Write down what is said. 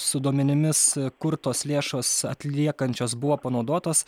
su duomenimis kur tos lėšos atliekančios buvo panaudotos